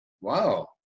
Wow